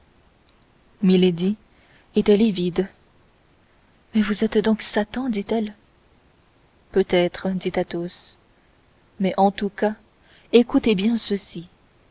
milady était livide mais vous êtes donc satan dit-elle peut-être dit athos mais en tout cas écoutez bien ceci